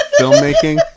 filmmaking